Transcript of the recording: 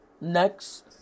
next